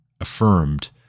affirmed